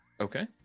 Okay